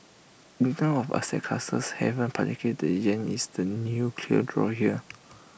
in term of asset classes havens particularly the Yen is the clear draw here